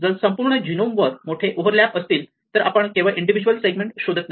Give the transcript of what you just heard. जर संपूर्ण जीनोमवर मोठे ओव्हरलॅप असतील तर आपण केवळ इंडिविदुयल्स सेगमेंट शोधत नाही